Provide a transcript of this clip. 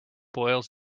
boils